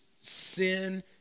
sin